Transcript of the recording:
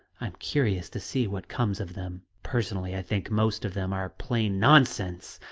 i'm curious to see what comes of them. personally, i think most of them are plain nonsense!